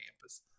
campus